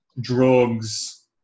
drugs